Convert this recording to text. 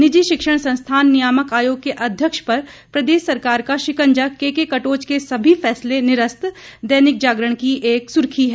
निजी शिक्षण संस्थान नियामक आयोग के अध्यक्ष पर प्रदेश सरकार का शिंकजा केके कटोच के सभी फैसले निरस्त दैनिक जागरण की एक सुर्खी है